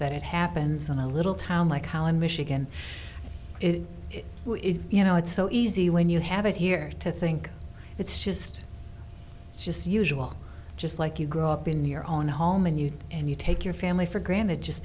that it happens on a little town like holland michigan it is you know it's so easy when you have it here to think it's just it's just usual just like you grow up in your own home and you and you take your family for granted just